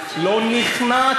זה לא להיכנע.